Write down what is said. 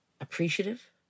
appreciative